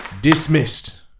Dismissed